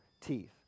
teeth